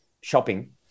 shopping